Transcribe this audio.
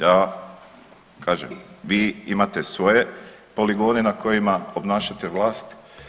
Ja kažem vi imate svoje poligone na kojima obnašate vlast.